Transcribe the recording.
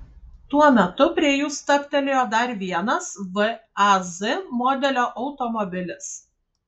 tuo metu prie jų stabtelėjo dar vienas vaz modelio automobilis